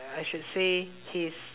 I should say his